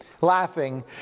Laughing